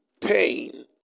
pain